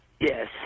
Yes